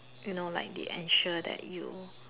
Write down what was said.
you know like they ensure that you